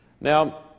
Now